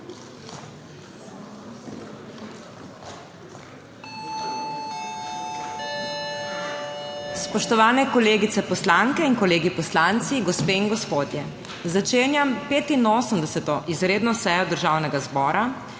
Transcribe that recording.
Spoštovani kolegice poslanke in kolegi poslanci, gospe in gospodje! Začenjam 85. izredno sejo Državnega zbora,